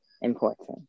Important